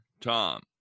Tom